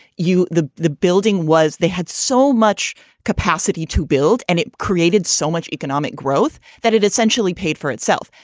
you know, the building was they had so much capacity to build and it created so much economic growth that it essentially paid for itself.